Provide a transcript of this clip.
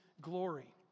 glory